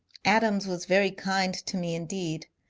adams was very kind to me indeed.